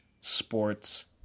sports